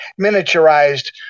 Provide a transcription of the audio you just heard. miniaturized